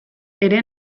ere